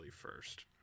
first